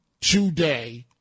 today